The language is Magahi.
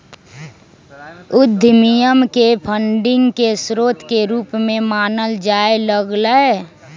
उद्यमियन के फंडिंग के स्रोत के रूप में मानल जाय लग लय